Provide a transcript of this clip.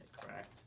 correct